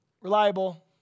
Reliable